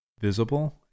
visible